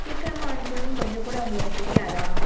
சீக்கிரமா அனுப்பணும்னு கொஞ்சம் கூட உங்களுக்கு தெரியாதா